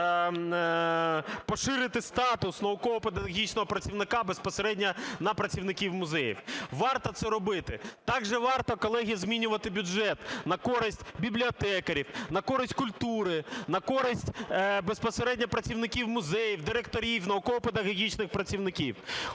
поширити статус науково-педагогічного працівника безпосередньо на працівників музеїв. Варто це робити. Так же варто, колеги, змінювати бюджет на користь бібліотекарів, на користь культури, на користь безпосередньо працівників музеїв, директорів, науково-педагогічних працівників.